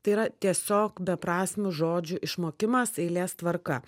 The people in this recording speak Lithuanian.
tai yra tiesiog beprasmių žodžių išmokimas eilės tvarka